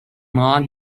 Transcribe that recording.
long